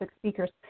speakers